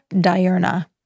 Diurna